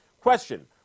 Question